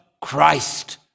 Christ